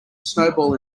snowball